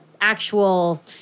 actual